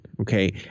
okay